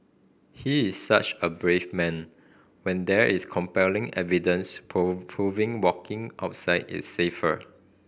he is such a brave man when there is compelling evidence prove proving walking outside is safer